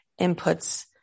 inputs